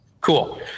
Cool